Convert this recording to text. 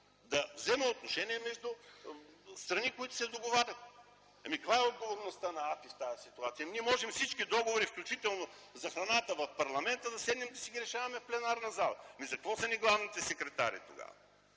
да взема отношение между страни, които се договарят. Ами каква е отговорността на АПИ в тази ситуация? Ние можем всички договори, включително за храната в парламента, да седнем и да си ги решаваме в пленарна зала. Ами за какво са ни главните секретари тогава?